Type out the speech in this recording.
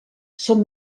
són